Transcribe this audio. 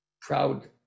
proud